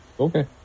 Okay